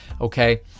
okay